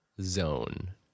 Zone